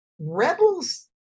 rebels